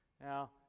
now